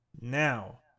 Now